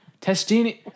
Testini